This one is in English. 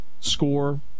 score